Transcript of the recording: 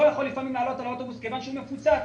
לפעמים לא יכול לעלות לאוטובוס כיוון שהוא מפוצץ.